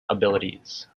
abilities